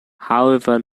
however